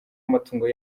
amatungo